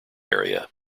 area